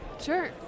Sure